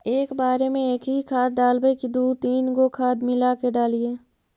एक बार मे एकही खाद डालबय की दू तीन गो खाद मिला के डालीय?